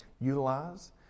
utilize